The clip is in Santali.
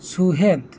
ᱥᱩᱦᱮᱫᱽ